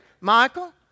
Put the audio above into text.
Michael